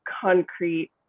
concrete